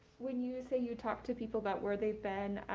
when you say you talk to people about where they've been,